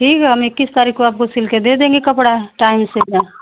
ठीक है हम इक्कीस तारीख को आपको सिल के दे देंगे कपड़ा टाइम से